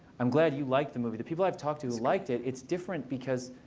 i'm glad you liked the movie. the people i've talked to liked it. it's different because